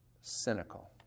cynical